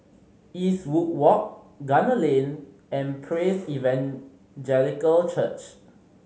Eastwood Walk Gunner Lane and Praise Evangelical Church